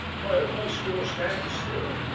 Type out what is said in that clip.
hope my score stands still.